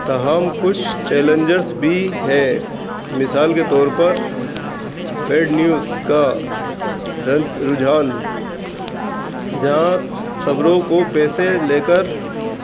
تاہم کچھ چیلنجرس بھی ہیں مثال کے طور پر پیڈ نیوز کا رجحھان جہاں خبروں کو پیسے لے کر